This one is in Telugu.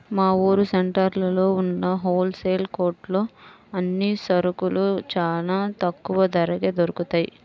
మా ఊరు సెంటర్లో ఉన్న హోల్ సేల్ కొట్లో అన్ని సరుకులూ చానా తక్కువ ధరకే దొరుకుతయ్